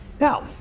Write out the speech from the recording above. Now